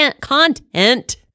content